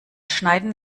schneiden